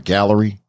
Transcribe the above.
Gallery